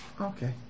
Okay